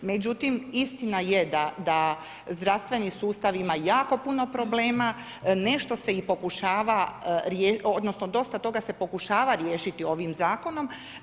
Međutim, istina je da zdravstveni sustav ima jako puno problema, nešto se i pokušava riješiti, odnosno dosta toga se pokušava riješiti ovim Zakonom.